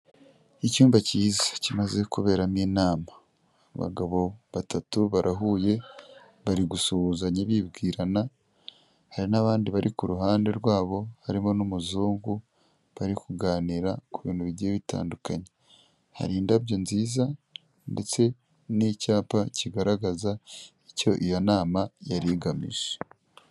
Icyumba cyiza kimaze kuberamo inama, abagabo batatu barahuye bari gusuhuzanya bibwirana, hari n'abandi bari ku ruhande rwabo harimo n'umuzungu bari kuganira ku bintu bigiye bitandukanye, hari indabyo nziza ndetse n'icyapa kigaragaza icyo iyo nama yari igamije.